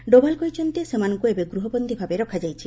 ଡାଭାଲ କହିଛନ୍ତି ସେମାନଙ୍କୁ ଏବେ ଗୃହବନ୍ଦୀ ଭାବେ ରଖାଯାଇଛି